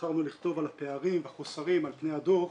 בחרנו לכתוב על הפערים והחוסרים על פני הדוח